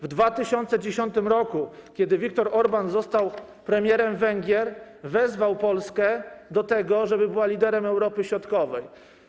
W 2010 r., kiedy Viktor Orbán został premierem Węgier, wezwał Polskę do tego, żeby była liderem Europy Środkowej.